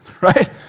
right